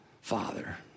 father